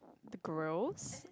the grills